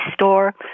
store